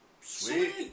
sweet